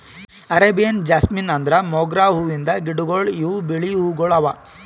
Arabian jasmine ಅಂದುರ್ ಮೊಗ್ರಾ ಹೂವಿಂದ್ ಗಿಡಗೊಳ್ ಇವು ಬಿಳಿ ಹೂವುಗೊಳ್ ಅವಾ